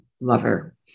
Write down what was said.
lover